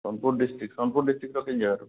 Sonepur district Sonepur ଡ଼ିଷ୍ଟିକ୍ର କେନ୍ ଜାଗାରୁ